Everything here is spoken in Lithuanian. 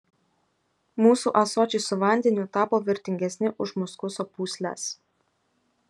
mūsų ąsočiai su vandeniu tapo vertingesni už muskuso pūsles